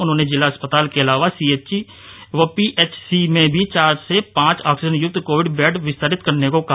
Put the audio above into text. उन्होंने जिला अस्पताल के अलावा सीएचसी व पीएचसी में भी चार से पांच आक्सीजन युक्त कोविड बैड विस्तारित करने को कहा